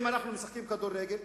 אם אנחנו משחקים כדורגל,